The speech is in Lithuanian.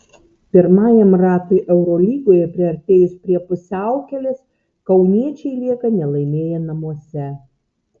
pirmajam ratui eurolygoje priartėjus prie pusiaukelės kauniečiai lieka nelaimėję namuose